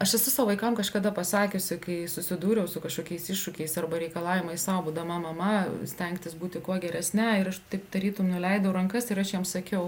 aš esu savo vaikam kažkada pasakiusi kai susidūriau su kažkokiais iššūkiais arba reikalavimais sau būdama mama stengtis būti kuo geresne ir aš taip tarytum nuleidau rankas ir aš jiems sakiau